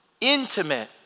intimate